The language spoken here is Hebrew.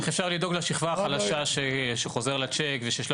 איך אפשר לדאוג לשכבה החלשה שחוזר לה צ'ק ושיש לה